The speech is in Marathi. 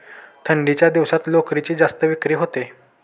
थंडीच्या दिवसात लोकरीची जास्त विक्री होते